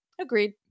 Agreed